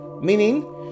meaning